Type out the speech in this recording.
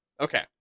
Okay